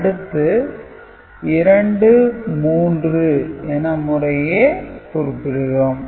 அடுத்து 2 3 என முறையே குறிப்பிடுகிறோம்